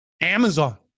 Amazon